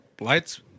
lights